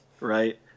right